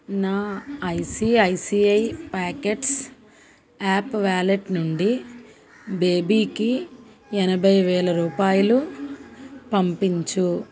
నా ICICI Pockets app wallet నుండి బేబీకి ఎనభై వేల రూపాయలు పంపించుము